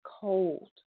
cold